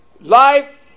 Life